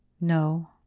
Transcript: No